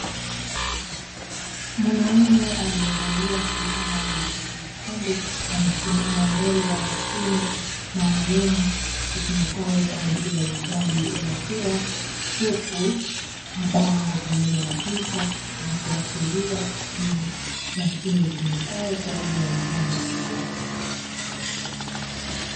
Mwanaume aliyevalia fulana yenye rangi nyekundu amesimama mbele ya mashine maalumu, itumikayo kwa ajili ya uuzaji wa maziwa. Huku mabango pamoja na picha zikiashiria ni mashine itumikayo kwa ajili ya uuzaji wa maziwa.